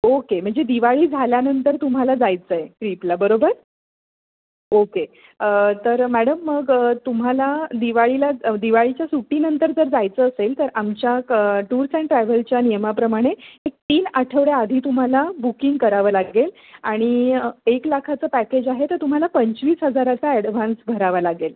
okay म्हणजे दिवाळी झाल्यानंतर तुम्हाला जायचं आहे ट्रिपला बरोबर ओके तर मॅडम मग तुम्हाला दिवाळीला दिवाळीच्या सुट्टीनंतर जर जायचं असेल तर आमच्या क टूर्स अँड ट्रॅव्हलच्या नियमाप्रमाणे एक तीन आठवड्याआधी तुम्हाला बुकिंग करावं लागेल आणि एक लाखाचं पॅकेज आहे तर तुम्हाला पंचवीस हजाराचा ॲडव्हान्स भरावा लागेल